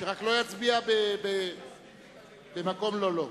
רק שלא יצביע במקום לא לו.